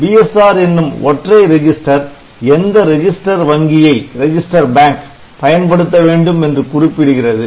BSR என்னும் ஒற்றை register எந்த ரெஜிஸ்டர் வங்கியை பயன்படுத்த வேண்டும் என்று குறிப்பிடுகிறது